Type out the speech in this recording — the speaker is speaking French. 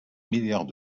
milliards